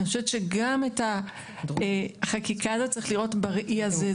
אני חושבת שגם את החקיקה הזאת צריך לראות בראי הזה.